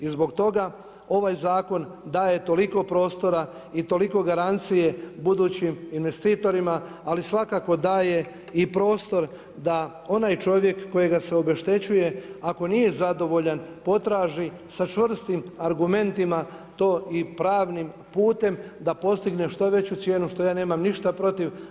I zbog toga ovaj zakon daje toliko prostora i toliko garancije budućim investitorima, ali svakako daje i prostor da onaj čovjek kojega se obeštećuje ako nije zadovoljan potraži sa čvrstim argumentima to i pravnim putem da postigne što veću cijenu što ja nemam ništa protiv.